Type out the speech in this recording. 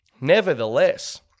nevertheless